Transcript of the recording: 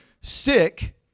sick